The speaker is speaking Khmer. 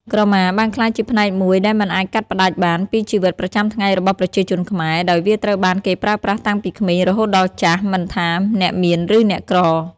ក្រមាបានក្លាយជាផ្នែកមួយដែលមិនអាចកាត់ផ្ដាច់បានពីជីវិតប្រចាំថ្ងៃរបស់ប្រជាជនខ្មែរ ដោយវាត្រូវបានគេប្រើប្រាស់តាំងពីក្មេងរហូតដល់ចាស់ មិនថាអ្នកមានឬអ្នកក្រ។